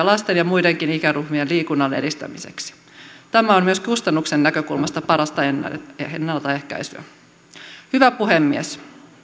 lasten ja muidenkin ikäryhmien liikunnan edistämiseksi tämä on myös kustannuksen näkökulmasta parasta ennaltaehkäisyä hyvä puhemies